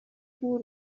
بور